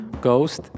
Ghost